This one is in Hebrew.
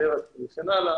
משבר אקלים וכן הלאה,